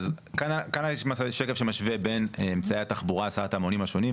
כאן יש שקף שמשווה בין אמצעי התחבורה להסעת המונים השונים,